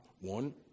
one